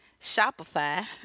Shopify